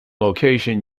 location